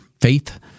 faith